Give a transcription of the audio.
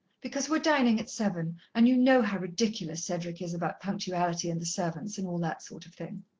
because we're dining at seven, and you know how ridiculous cedric is about punctuality and the servants, and all that sort of thing.